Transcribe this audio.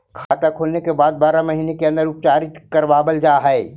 खाता खोले के बाद बारह महिने के अंदर उपचारित करवावल जा है?